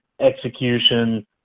execution